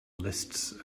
lists